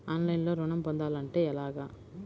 ఆన్లైన్లో ఋణం పొందాలంటే ఎలాగా?